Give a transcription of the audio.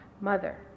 mother